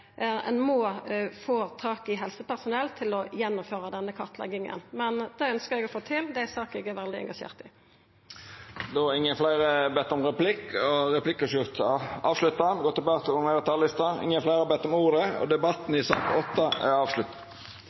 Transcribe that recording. ein må få tak i helsepersonell til å gjennomføra denne kartlegginga. Det ønskjer eg å få til, og det er ei sak eg er veldig engasjert i. Replikkordskiftet er avslutta. Fleire har ikkje bedt om ordet til sak nr. 8. Etter ynske frå utdannings- og forskningskomiteen vil presidenten ordna debatten